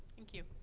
thank you.